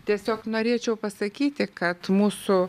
tiesiog norėčiau pasakyti kad mūsų